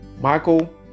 Michael